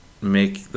make